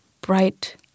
bright